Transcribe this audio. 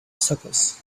suckers